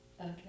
Okay